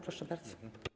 Proszę bardzo.